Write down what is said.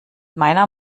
meiner